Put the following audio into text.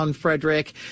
Frederick